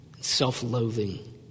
self-loathing